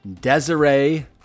Desiree